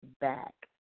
back